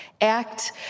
Act